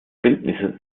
bildnisse